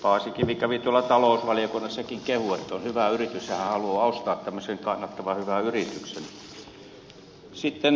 paasikivi kävi tuolla talousvaliokunnassakin ja kehui että on hyvä yritys ja hän haluaa ostaa tämmöisen kannattavan hyvän yrityksen